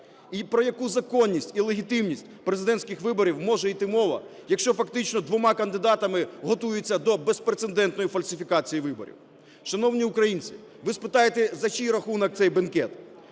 І про яку законність і легітимність президентських виборів може йти мова, якщо фактично двома кандидатами готується до безпрецедентної фальсифікації виборів? Шановні українці, ви спитаєте, за чий рахунок цей бенкет.